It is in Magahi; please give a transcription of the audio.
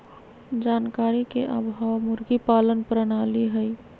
जानकारी के अभाव मुर्गी पालन प्रणाली हई